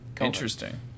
Interesting